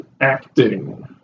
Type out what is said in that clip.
Acting